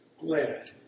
glad